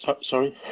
Sorry